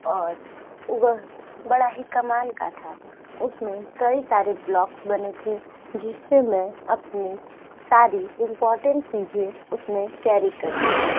और वह बड़ा ही कमाल का था उसमें कई सारे ब्लॉक्स बने थे जिससे मैं अपनी सारी इंपोर्टेंट चीज़ें उसमें कैरी कर सकूँ